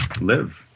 live